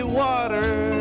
water